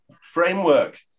framework